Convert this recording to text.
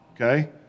Okay